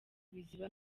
biziba